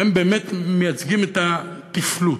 הם באמת מייצגים את הטפלות,